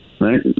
right